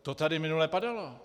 To tady minule padalo.